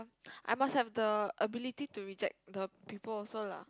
I must have the ability to reject the people also lah